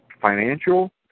financial